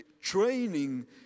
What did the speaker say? training